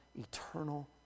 eternal